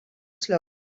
slow